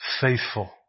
faithful